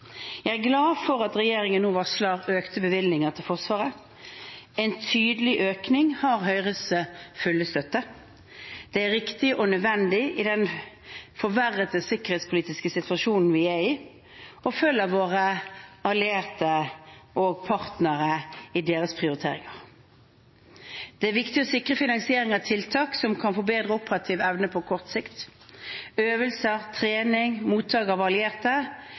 Jeg er glad for at regjeringen nå varsler økte bevilgninger til Forsvaret. En tydelig økning har Høyres fulle støtte. Det er riktig og nødvendig i den forverrede sikkerhetspolitiske situasjonen vi er i, og vi følger med det våre allierte og våre partnere i deres prioriteringer. Det er viktig å sikre finansiering av tiltak som kan forbedre den operative evnen på kort sikt: øvelser, trening og mottak av allierte.